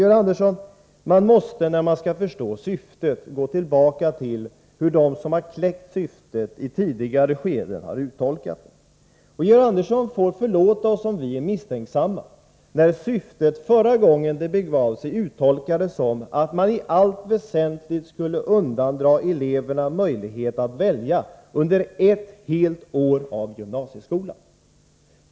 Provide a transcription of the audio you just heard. Men, Georg Andersson, när man skall förstå syftet måste man gå tillbaka till hur de som har ”kläckt” syftet i tidigare skeden har uttolkat det. Georg Andersson får förlåta oss om vi är misstänksamma när syftet förra gången det begav sig uttolkades så, att man i allt väsentligt skulle undandra eleverna möjlighet att välja under ett helt år i gymnasieskolan.